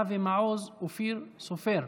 אבי מעוז ואופיר סופר.